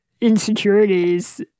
insecurities